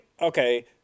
okay